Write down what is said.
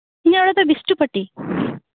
ᱤᱧᱟᱹᱜ ᱚᱲᱟᱜ ᱫᱚ ᱵᱤᱥᱱᱩᱯᱟᱴᱤ